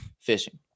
fishing